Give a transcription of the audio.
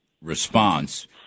response